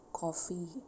coffee